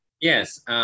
Yes